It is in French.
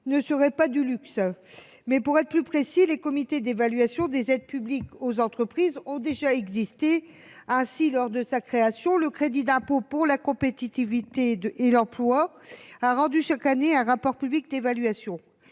ne serait pas du luxe. En réalité, les comités d’évaluation des aides publiques aux entreprises ont déjà existé. Ainsi, après sa création, le crédit d’impôt pour la compétitivité et l’emploi a fait l’objet, chaque année, d’un rapport public d’évaluation.